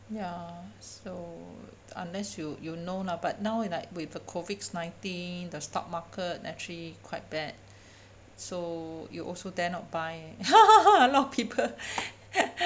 ya so unless you you know lah but now like with the COVID nineteen the stock market actually quite bad so you also dare not buy a lot people